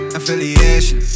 affiliation